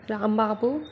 Rambabu